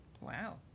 Wow